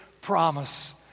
promise